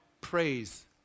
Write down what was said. praise